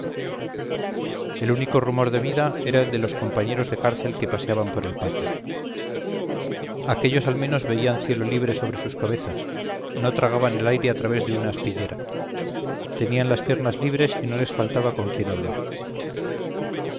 el único rumor de vida era el de los compañeros de cárcel que paseaban por el patio aquéllos al menos veían cielo libre sobre sus cabezas no tragaban el aire a través de una aspillera tenían las piernas libres y no les faltaba con quien hablar